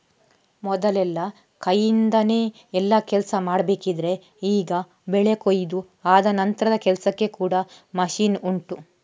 ಮೊದಲೆಲ್ಲ ಕೈನಿಂದಾನೆ ಎಲ್ಲಾ ಕೆಲ್ಸ ಮಾಡ್ಬೇಕಿದ್ರೆ ಈಗ ಬೆಳೆ ಕೊಯಿದು ಆದ ನಂತ್ರದ ಕೆಲ್ಸಕ್ಕೆ ಕೂಡಾ ಮಷೀನ್ ಉಂಟು